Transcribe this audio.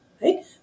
right